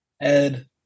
Ed